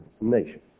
nation